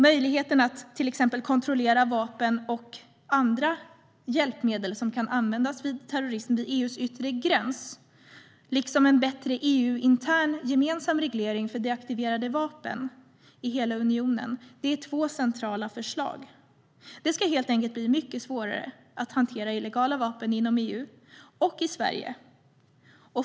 Möjligheten att till exempel kontrollera vapen och andra hjälpmedel som kan användas vid terrorism vid EU:s yttre gräns, liksom en bättre EU-intern gemensam reglering av deaktiverade vapen i hela unionen är två centrala förslag. Det ska helt enkelt bli mycket svårare att hantera illegala vapen inom EU och i Sverige.